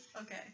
Okay